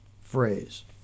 phrase